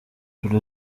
dore